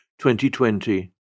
2020